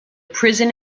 prison